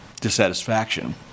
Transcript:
dissatisfaction